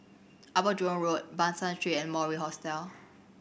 Upper Jurong Road Ban San Street and Mori Hostel